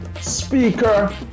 speaker